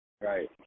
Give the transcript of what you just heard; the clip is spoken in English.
Right